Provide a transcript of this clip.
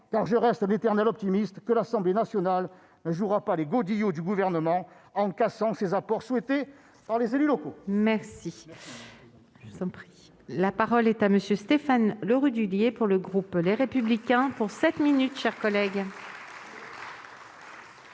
car je reste un éternel optimiste, que l'Assemblée nationale ne jouera pas les godillots du Gouvernement en cassant ces apports souhaités par les élus locaux. La parole est à M. Stéphane Le Rudulier, pour le groupe Les Républicains. Madame la